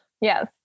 Yes